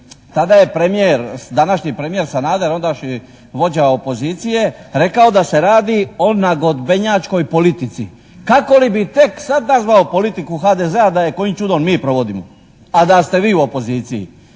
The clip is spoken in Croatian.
premijer, današnji premijer Sanader, ondašnji vođa opozicije rekao da se radi o nagodbenjačkoj politici. Kako li bi tek sad nazvao politiku HDZ-a da je kojim čudom mi provodimo, a da ste vi u opoziciji.